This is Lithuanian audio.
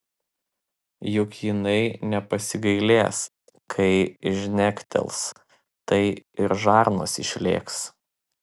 juk jinai nepasigailės kai žnektels tai ir žarnos išlėks